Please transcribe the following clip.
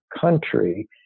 country